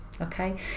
okay